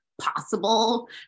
possible